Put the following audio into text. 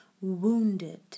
wounded